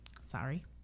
Sorry